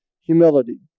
humility